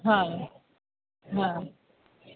हा हा